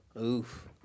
Oof